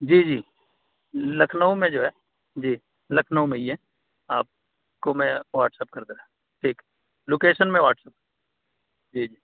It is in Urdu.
جی جی لکھنؤ میں جو ہے جی لکھنؤ میں ہی ہے آپ کو میں واٹس اپ کر دے رہا ہوں ٹھیک ہے لوکیشن میں واٹس اپ جی جی